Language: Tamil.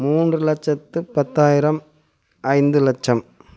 மூன்று லட்சத்து பத்தாயிரம் ஐந்து லட்சம்